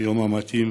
היום המתאים,